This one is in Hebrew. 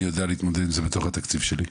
אני יודע להתמודד עם זה בתוך התקציב שלי?